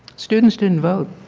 students didn't vote.